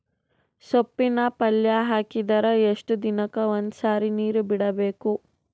ಸೊಪ್ಪಿನ ಪಲ್ಯ ಹಾಕಿದರ ಎಷ್ಟು ದಿನಕ್ಕ ಒಂದ್ಸರಿ ನೀರು ಬಿಡಬೇಕು?